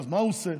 אז מה הוא עושה?